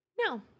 no